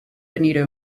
benito